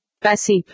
Passive